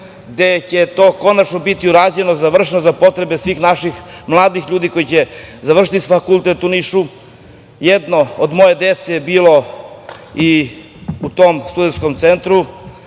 te će to konačno biti završeno, urađeno, za potrebe svih naših mladih ljudi koji će završiti fakultet u Nišu. Jedno od moje dece je bilo u tom Studentskom centru,